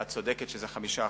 את צודקת שזה 5%,